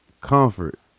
comfort